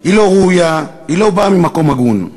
היא לא ראויה, היא לא באה ממקום הגון.